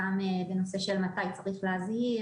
גם בנושא של מתי צריך להזהיר,